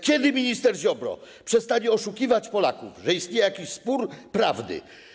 Kiedy minister Ziobro przestanie oszukiwać Polaków, że istnieje jakiś spór prawny?